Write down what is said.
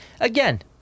again